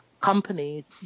companies